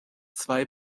zwei